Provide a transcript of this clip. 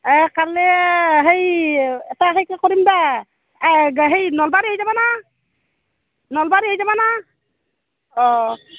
এই কাইলৈ সেই এটা সেই কৰিম দে এই দে সেই নলবাৰী হৈ যাবা না নলবাৰী হৈ যাবা না অঁ